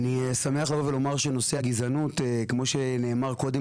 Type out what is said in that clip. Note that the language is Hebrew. אני שמח לבוא ולומר שנושא הגזענות כמו שנאמר קודם